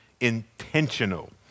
intentional